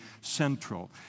central